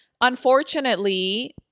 unfortunately